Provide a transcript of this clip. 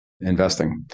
investing